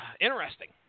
interesting